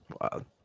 Wow